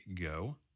Go